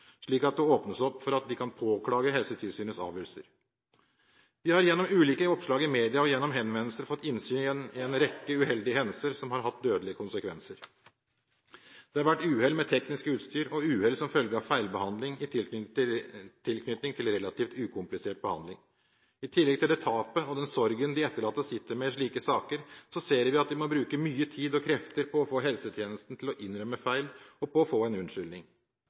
slik at det åpnes opp for at de kan påklage Helsetilsynets avgjørelser. Vi har gjennom ulike oppslag i media og gjennom henvendelser fått innsyn i en rekke uheldige hendelser som har hatt dødelige konsekvenser. Det har vært uhell med teknisk utstyr og uhell som følge av feil behandling i tilknytning til relativt ukomplisert behandling. I tillegg til det tapet og den sorgen de etterlatte sitter med i slike saker, ser vi at de må bruke mye tid og krefter på å få helsetjenesten til å innrømme feil og på å få en unnskyldning.